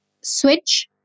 switch